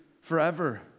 forever